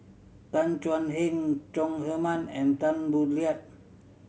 Tan Thuan Heng Chong Heman and Tan Boo Liat